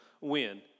win